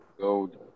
gold